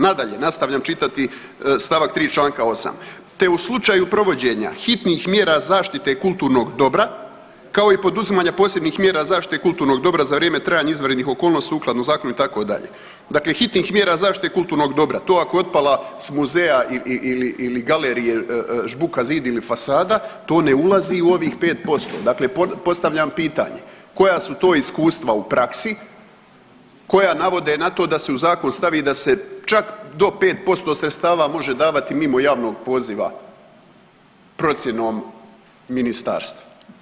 Nadalje, nastavljam čitati st. 3. čl. 8., te u slučaju provođenja hitnih mjera zaštite kulturnog dobra kao i poduzimanja posebnih mjera zaštite kulturnog dobra za vrijeme trajanja izvanrednih okolnosti sukladno zakonu itd., dakle hitnih mjera zaštite kulturnog dobra, to ako je otpala s muzeja ili, ili galerije žbuka, zid ili fasada to ne ulazi u ovih 5%, dakle postavljam pitanje, koja su to iskustva u praksi koja navode na to da se u zakon stavi da se čak do 5% sredstava može davati mimo javnog poziva procjenom ministarstva?